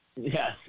yes